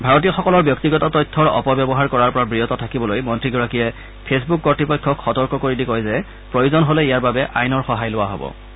ভাৰতীয়সকলৰ ব্যক্তিগত তথ্যৰ অপব্যৱহাৰ কৰাৰ পৰা বিৰত থাকিবলৈ মন্ত্ৰীগৰাকীয়ে ফেচবুক কৰ্তৃপক্ষক সতৰ্ক কৰি দি কয় যে প্ৰয়োজন হলে ইয়াৰ বাবে আইনৰ সহায় লোৱা হ'ব